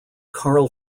carl